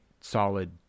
solid